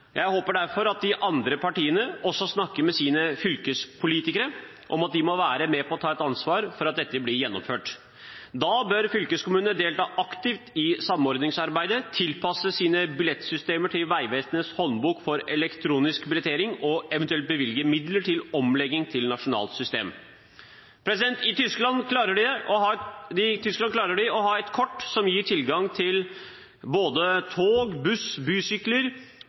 Jeg håper derfor at de andre partiene også snakker med sine fylkespolitikere om at de må være med på å ta et ansvar for at dette blir gjennomført. Da bør fylkeskommunene delta aktivt i samordningsarbeidet, tilpasse sine billettsystemer til Vegvesenets håndbok for elektronisk billettering og eventuelt bevilge midler til omlegging til nasjonalt system. I Tyskland klarer de å ha ett kort som gir tilgang på både tog, buss, bysykler,